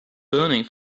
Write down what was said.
burning